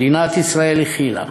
ומדינת ישראל הכילה,